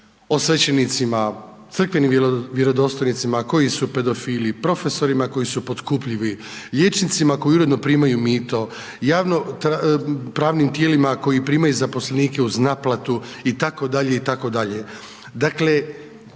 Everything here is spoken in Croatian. o svećenicima, crkvenim vjerodostojnicama koji su pedofili, profesori koji su potkupljivi, liječnicima, koji uredno primaju mito, javno pravnim tijelima, koji primaju zaposlenika uz naplatu itd.